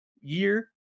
year